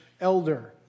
elder